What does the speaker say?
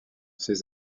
ses